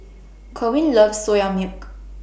Kerwin loves Soya Milk